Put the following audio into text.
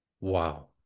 wow